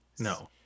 No